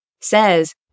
says